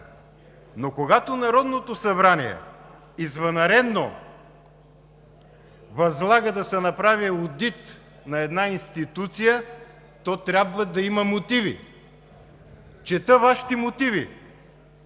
Но, когато Народното събрание извънредно възлага да се направи одит на една институция, то трябва да има мотиви. Чета Вашите мотиви